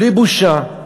בלי בושה.